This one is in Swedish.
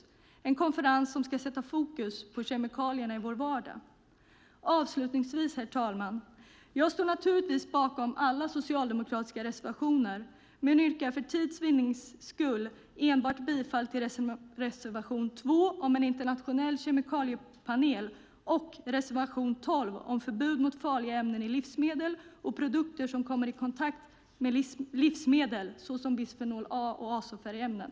Det är en konferens som ska sätta fokus på kemikalierna i vår vardag. Avslutningsvis, herr talman, står jag naturligtvis bakom alla socialdemokratiska reservationer men yrkar för tids vinnande enbart bifall till reservation 2 om en internationell kemikaliepanel och reservation 12 om förbud mot farliga ämnen i livsmedel och produkter som kommer i kontakt med livsmedel, såsom bisfenol A och azofärgämnen.